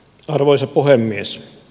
arvoisa puhemies